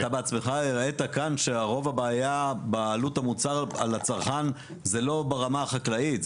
אתה בעצמך הראתה כאן שרוב הבעיה בעלות המוצר לצרכן זה לא ברמה החקלאית,